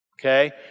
okay